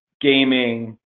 gaming